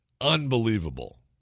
Unbelievable